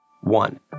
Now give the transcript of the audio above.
One